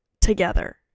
together